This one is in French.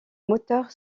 moteurs